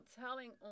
telling